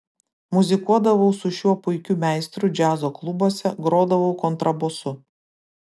muzikuodavau su šiuo puikiu meistru džiazo klubuose grodavau kontrabosu